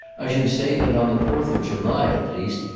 i should say, that on the fourth of july, at least,